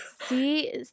see